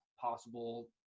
possible